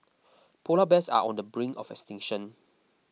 Polar Bears are on the brink of extinction